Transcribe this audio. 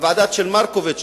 הוועדה של מרקוביץ,